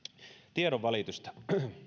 tiedonvälitystä